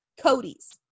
Cody's